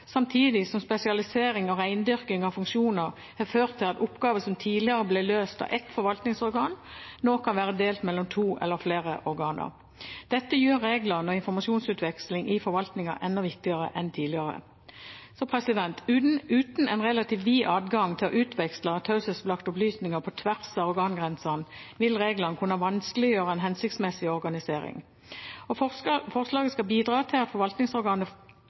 samtidig som spesialisering og rendyrking av funksjoner har ført til at oppgaver som tidligere ble løst av ett forvaltningsorgan, nå kan være delt mellom to eller flere organer. Dette gjør reglene og informasjonsutveksling i forvaltningen enda viktigere enn tidligere. Uten en relativt vid adgang til å utveksle taushetsbelagte opplysninger på tvers av organgrensene vil reglene kunne vanskeliggjøre en hensiktsmessig organisering. Forslaget skal bidra til at forvaltningsorganet